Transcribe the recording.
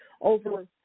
over